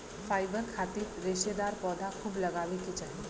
fibre खातिर रेशेदार पौधा खूब लगावे के चाही